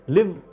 Live